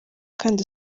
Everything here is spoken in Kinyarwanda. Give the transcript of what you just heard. kandi